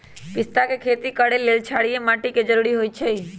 पिस्ता के खेती करय लेल क्षारीय माटी के जरूरी होई छै